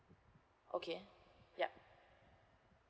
okay yup